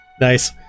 nice